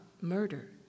murder